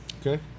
Okay